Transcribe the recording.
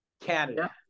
Canada